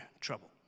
trouble